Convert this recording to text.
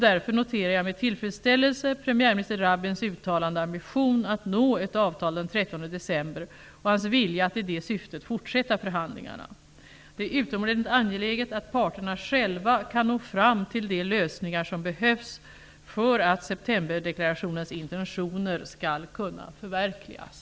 Därför noterar jag med tillfredsställelse premiärminister Rabins uttalade ambition att nå ett avtal den 13 december och hans vilja att i det syftet fortsätta förhandlingarna. Det är utomordentligt angeläget att parterna själva kan nå fram till de lösningar som behövs för att septemberdeklarationens intentioner skall kunna förverkligas.